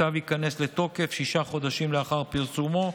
הצו ייכנס לתוקף שישה חודשים לאחר פרסומו,